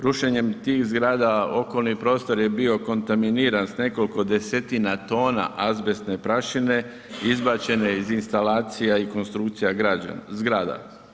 Rušenjem tih zgrada, okolni prostor je bio kontaminiran s nekoliko desetina tona azbestne prašine izbačene iz instalacija i konstrukcije zgrada.